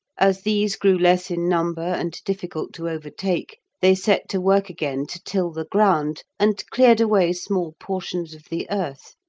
as these grew less in number and difficult to overtake, they set to work again to till the ground, and cleared away small portions of the earth,